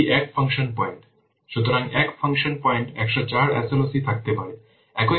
সুতরাং 1 ফাংশন পয়েন্টে 104 SLOC থাকতে পারে